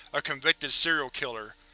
a convicted serial killer.